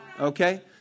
Okay